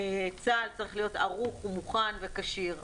צה"ל צריך להיות ערוך ומוכן וכשיר.